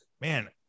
man